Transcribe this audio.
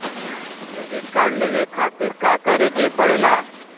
Credit card लेवे खातिर का करे के पड़ेला?